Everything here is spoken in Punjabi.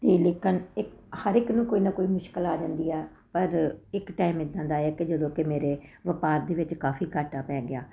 ਅਤੇ ਲੇਕਿਨ ਇਕ ਹਰ ਇੱਕ ਨੂੰ ਕੋਈ ਨਾ ਕੋਈ ਮੁਸ਼ਕਿਲ ਆ ਜਾਂਦੀ ਹੈ ਪਰ ਇੱਕ ਟਾਇਮ ਇੱਦਾਂ ਦਾ ਆਇਆ ਜਦੋਂ ਕਿ ਮੇਰੇ ਵਪਾਰ ਦੇ ਵਿੱਚ ਕਾਫ਼ੀ ਘਾਟਾ ਪੈ ਗਿਆ